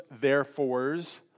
therefores